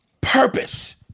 purpose